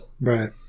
right